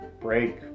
break